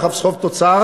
וביחס חוב תוצר,